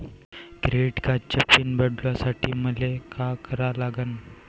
Credit कार्डाचा PIN बदलासाठी मले का करा लागन?